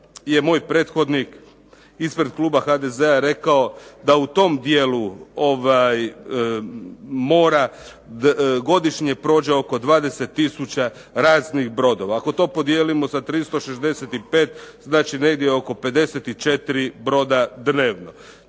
ispred kluba HDZ-a rekao da u tom dijelu mora godišnje prođe oko 20 tisuća raznih brodova. Ako to podijelimo sa 365 znači negdje oko 54 broda dnevno.